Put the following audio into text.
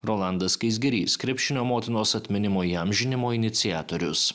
rolandas skaisgirys krepšinio motinos atminimo įamžinimo iniciatorius